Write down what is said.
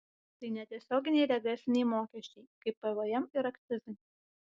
tai netiesioginiai regresiniai mokesčiai kaip pvm ir akcizai